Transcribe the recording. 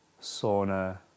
sauna